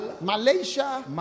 Malaysia